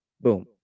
boom